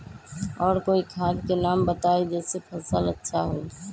और कोइ खाद के नाम बताई जेसे अच्छा फसल होई?